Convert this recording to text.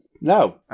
No